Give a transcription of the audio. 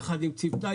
יחד עם צוותה,